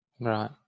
right